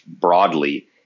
broadly